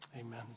amen